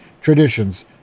traditions